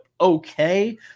okay